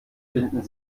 finden